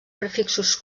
prefixos